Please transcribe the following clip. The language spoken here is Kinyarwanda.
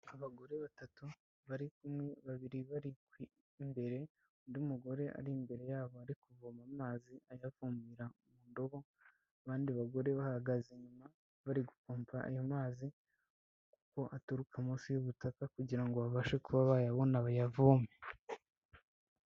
Abagore batatu bari kumwe babiri bari ku imbere, undi mugore ari imbere yabo ari kuvoma amazi, bayavomera mu ndobo, abandi bagore bahagaze inyuma bari gufumva ayo mazi kuko aturuka munsi y'ubutaka kugira babashe kuba bayabona, bayavome.